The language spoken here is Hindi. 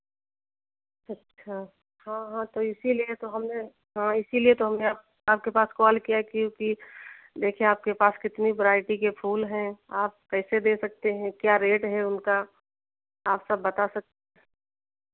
अच्छा हाँ हाँ तो इसीलिए तो हमने हाँ इसीलिए तो हमने आपके पास कॉल किया क्योंकि देखें आपके पास कितनी वरायटी के फूल हैं आप कैसे दे सकते हैं क्या रेट है उनका आप सब बता सक